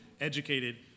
educated